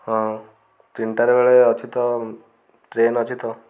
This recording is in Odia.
ହଁ ତିନିଟାରେ ବେଳେ ଅଛି ତ ଟ୍ରେନ ଅଛି ତ